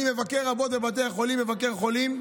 אני מבקר רבות בבתי החולים, מבקר חולים,